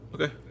Okay